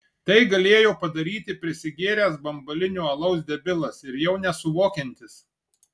tai galėjo padaryti prisigėręs bambalinio alaus debilas ir jau nesuvokiantis